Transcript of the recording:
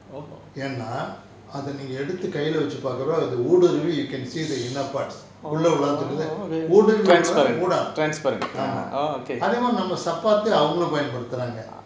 ஏன்னா அத நீங்க எடுத்து கையில வச்சு பார்குரபோ அது ஊடுருவி:yenaa atha neenga eduthu kaiyilae vachu paarkurappo athu ooduruvi you can see the inner parts உள்ள உள்ளாந் தெரியுதுல ஊடுருவின்னா:ulla ullanth theriyuthula ooduruvinnaa udang ஆமா அதே மாரி நம்ம சப்பாத்து அவங்களும் பயன் படுத்துறாங்க:aama athe maari namma sappathu avankalum payan paduthuraanka